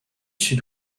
sud